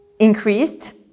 increased